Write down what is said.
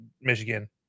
Michigan